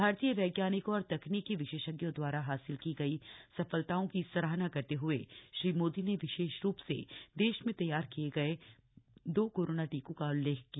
भारतीय वैज्ञानिकों और तकनीकी विशेषज्ञों दवारा हासिल की गई सफलताओं की सराहना करते हुए श्री मोदी ने विशेष रूप से देश में तैयार किये गये दो कोरोना टीकों का उल्लेख किया